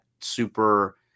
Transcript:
super